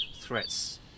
threats